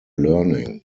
learning